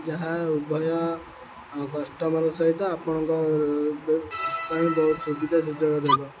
ଯାହା ଉଭୟ କଷ୍ଟମର୍ ସହିତ ଆପଣଙ୍କ ପାଇଁ ବହୁତ ସୁବିଧା ସୁଯୋଗ ଦେବ